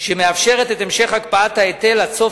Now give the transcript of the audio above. שמאפשרת את המשך הקפאת ההיטל עד סוף